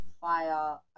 fire